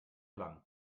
lang